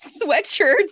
sweatshirts